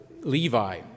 Levi